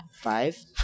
five